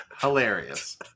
Hilarious